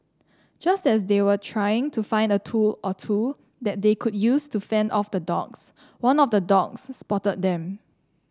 just as they were trying to find a tool or two that they could use to fend off the dogs one of the dogs spotted them